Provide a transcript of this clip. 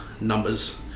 numbers